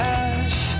ash